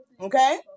okay